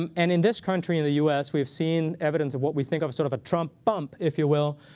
um and in this country, in the us, we have seen evidence of what we think of as sort of a trump bump, if you will,